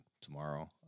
tomorrow